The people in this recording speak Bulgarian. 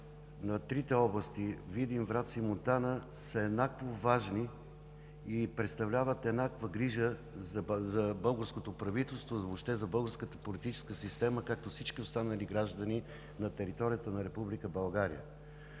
на трите области – Видин, Враца и Монтана, са еднакво важни и представляват еднаква грижа за българското правителство, въобще за българската политическа система, както всички останали граждани на територията на Република